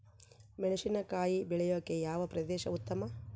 ಮೆಣಸಿನಕಾಯಿ ಬೆಳೆಯೊಕೆ ಯಾವ ಪ್ರದೇಶ ಉತ್ತಮ?